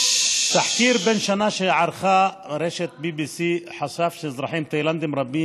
תחקיר בן שנה שערכה רשת BBC חשף שאזרחים תאילנדים רבים